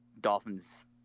Dolphins